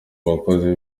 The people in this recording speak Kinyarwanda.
bakozi